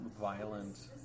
violent